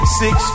six